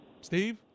Steve